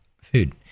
food